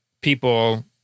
people –